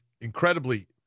incredibly